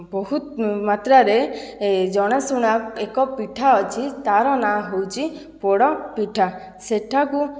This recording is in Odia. ବହୁତ ମାତ୍ରାରେ ଜଣାଶୁଣା ଏକ ପିଠା ଅଛି ତା'ର ନାଁ ହେଉଛି ପୋଡ଼ ପିଠା ସେଠାକୁ